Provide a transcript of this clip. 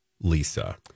Lisa